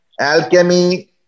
Alchemy